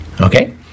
Okay